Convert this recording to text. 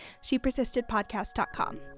ShePersistedPodcast.com